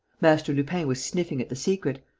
master lupin was sniffing at the secret.